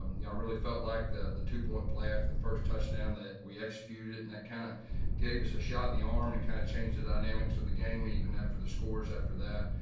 um yeah really felt like the the two point play after the first touchdown that we executed. and that kind of gave us a shot in the arm and kind of changed the dynamics of the game even after the scores after that.